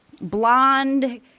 blonde